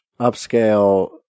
upscale